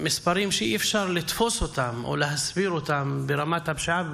מספרים שאי-אפשר לתפוס אותם או להסביר אותם ברמת הפשיעה ובאלימות,